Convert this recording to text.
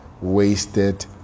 wasted